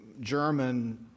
German